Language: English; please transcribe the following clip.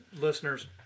listeners